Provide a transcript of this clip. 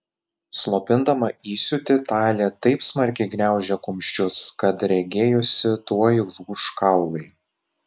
slopindama įsiūtį talė taip smarkiai gniaužė kumščius kad regėjosi tuoj lūš kaulai